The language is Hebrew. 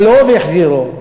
נטלוֹ והחזירוֹ.